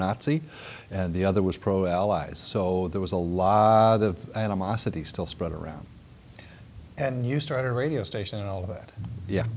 azzi and the other was pro allies so there was a lot of animosity still spread around and you start a radio station and all that yeah